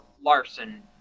Larson